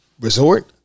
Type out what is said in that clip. resort